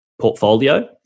portfolio